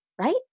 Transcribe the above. right